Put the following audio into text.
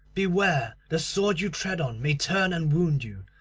beware, the sword you tread on may turn and wound you.